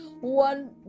one